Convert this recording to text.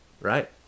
Right